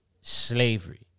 slavery